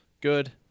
good